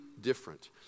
different